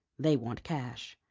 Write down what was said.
they want cash.